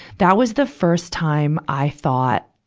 that was the first time i thought,